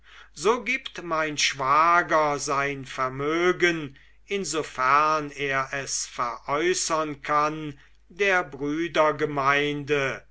so gibt mein schwager sein vermögen insofern er es veräußern kann der brüdergemeinde